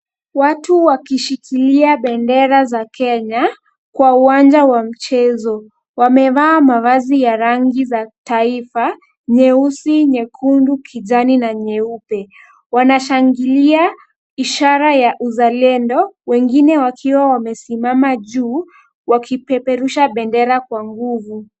Watu wakishikilia bendera za Kenya kwa uwanja wa michezo. Wamevaa mavazi ya rangi za taifa, nyeusi, nyekundu, kijani na nyeupe. Wanashangilia ishara ya uzalendo, wengine wakiwa wamesimama juu, wakipeperusha bendera kwa nguvu.